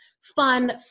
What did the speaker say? fun